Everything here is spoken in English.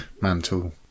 mantle